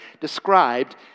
described